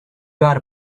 got